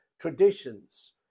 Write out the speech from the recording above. traditions